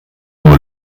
nur